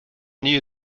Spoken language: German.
nähe